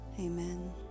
Amen